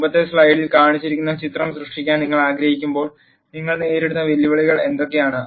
മുമ്പത്തെ സ്ലൈഡിൽ കാണിച്ചിരിക്കുന്ന ചിത്രം സൃഷ്ടിക്കാൻ നിങ്ങൾ ആഗ്രഹിക്കുമ്പോൾ നിങ്ങൾ നേരിടുന്ന വെല്ലുവിളികൾ എന്തൊക്കെയാണ്